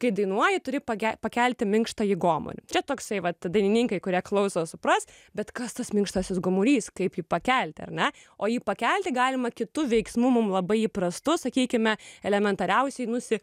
kai dainuoji turi page pakelti minkštąjį gomurį čia toksai vat dainininkai kurie klauso supras bet kas tas minkštasis gomurys kaip pakelti ar ne o jį pakelti galima kitu veiksmu mums labai įprastu sakykime elementariausiai nusi